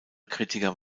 kritiker